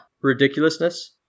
ridiculousness